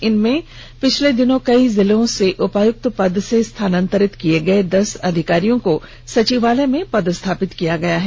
इनमें पिछले दिनों कई जिलों से उपायुक्त पद से स्थानांतरित किए गए दस अधिकारियों को सचिवालय में पदस्थापित किया गया है